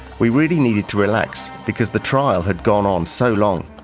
we really needed to relax, because the trial had gone on so long.